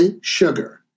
sugar